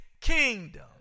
kingdom